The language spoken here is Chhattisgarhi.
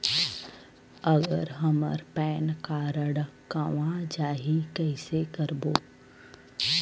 अगर हमर पैन कारड गवां जाही कइसे करबो?